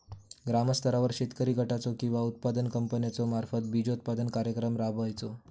ग्रामस्तरावर शेतकरी गटाचो किंवा उत्पादक कंपन्याचो मार्फत बिजोत्पादन कार्यक्रम राबायचो?